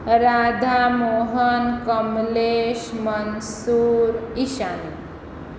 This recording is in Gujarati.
રાધા મોહન કમલેશ મન્સૂર ઈષાની